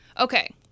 okay